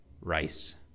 rice